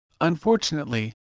Unfortunately